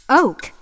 oak